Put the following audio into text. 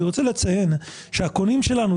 שכותרתו: ההצעה.) אני רוצה לציין שהקונים שלנו,